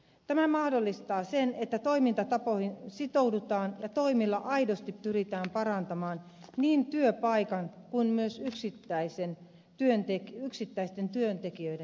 tämä mahdollistaa sen että toimintatapoihin sitoudutaan ja toimilla aidosti pyritään parantamaan niin työpaikan kuin myös yksittäisten työntekijöiden hyvinvointia